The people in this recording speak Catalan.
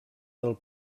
del